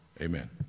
Amen